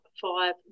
five